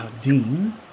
Dean